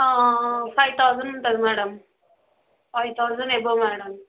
five thousand ఉంటుంది madam five thousand above madam